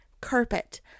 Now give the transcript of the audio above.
carpet